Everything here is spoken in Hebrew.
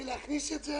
ולהכניס את זה